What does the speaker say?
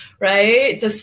right